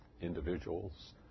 individuals